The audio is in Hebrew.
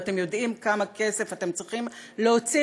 ואתם יודעים כמה כסף אתם צריכים להוציא